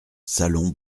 salon